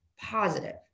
positive